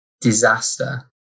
disaster